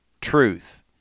truth